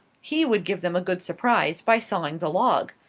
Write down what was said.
he would give them a good surprise by sawing the log.